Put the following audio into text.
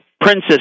princess